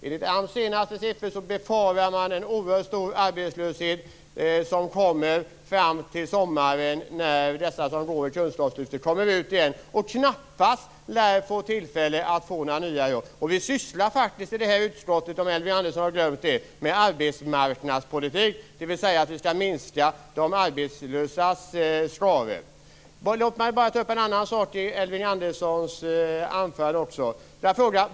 Enligt AMS senaste siffror befarar man att en oerhört stor arbetslöshet kommer fram i sommar när de som går i kunskapslyftet kommer ut igen. De lär knappast få några nya jobb. I det här utskottet sysslar vi faktiskt med arbetsmarknadspolitik, om Elving Andersson har glömt det. Vi skall minska de arbetslösas skaror. Låt mig ta upp en annan sak som Elving Andersson också sade i sitt anförande.